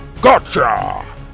Gotcha